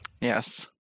Yes